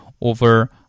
over